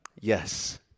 Yes